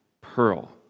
pearl